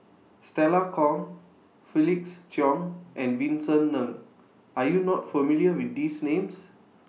Stella Kon Felix Cheong and Vincent Ng Are YOU not familiar with These Names